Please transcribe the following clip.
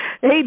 hey